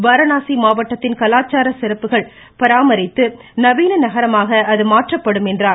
வாரணாசி மாவட்டத்தின் கலாச்சார சிறப்புகள் பராமரித்து நவீன நகரமாக அது மாற்றப்படும் என்றார்